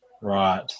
Right